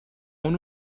اون